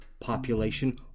population